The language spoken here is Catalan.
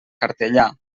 cartellà